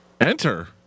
Enter